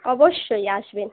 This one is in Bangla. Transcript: অবশ্যই আসবেন